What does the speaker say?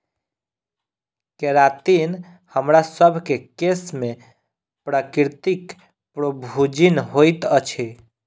keratin हमरासभ केँ केश में प्राकृतिक प्रोभूजिन होइत अछि